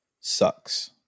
sucks